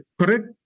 correct